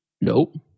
Nope